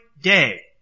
day